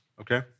okay